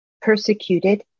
persecuted